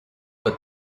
but